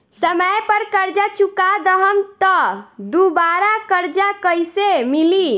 समय पर कर्जा चुका दहम त दुबाराकर्जा कइसे मिली?